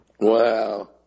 Wow